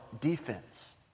defense